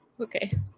Okay